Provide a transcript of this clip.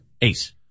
ace